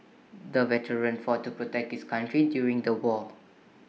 the veteran fought to protect his country during the war